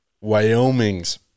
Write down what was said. wyoming's